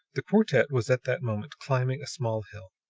the quartet was at that moment climbing a small hill,